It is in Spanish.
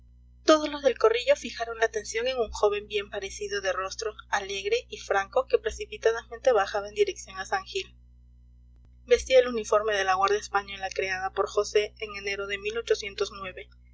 todos los del corrillo fijaron la atención en un joven bien parecido de rostro alegre y franco que precipitadamente bajaba en dirección a san gil vestía el uniforme de la guardia española creada por josé en enero de